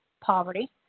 poverty